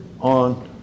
on